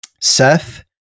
Seth